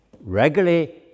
Regularly